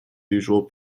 usual